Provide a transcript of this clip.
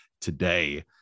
today